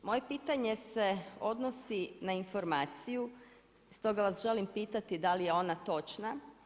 Moje pitanje se odnosi na informaciju, stoga vas želim pitati da li je ona točna.